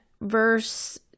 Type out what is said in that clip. verse